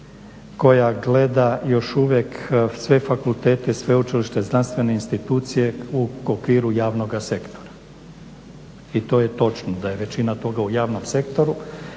koja gleda još uvijek sve fakultete, sveučilišta, znanstvene institucije u okviru javnog sektora i to je točno da je većina toga u javnom sektoru,